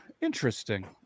interesting